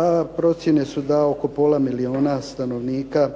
a procjene su da oko pola milijuna stanovnika